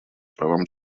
правам